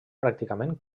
pràcticament